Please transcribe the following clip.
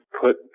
put